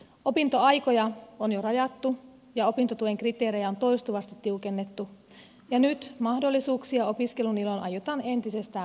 opintoaikoja on jo rajattu ja opintotuen kriteerejä on toistuvasti tiukennettu ja nyt mahdollisuuksia opiskelun iloon aiotaan entisestään vähentää